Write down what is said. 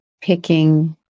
picking